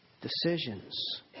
Decisions